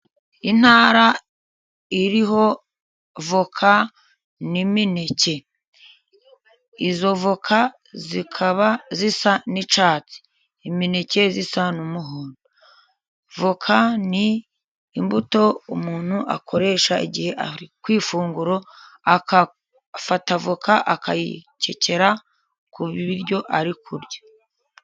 Intara iriho avoka n'imineke. Izo avoka zikaba zisa n'icyatsi. Imineke isa n'umuhondo. Avoka ni imbuto umuntu akoresha igihe ari ku ifunguro, agafata avoka akayikekera ku biryo ari kurya.